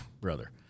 Brother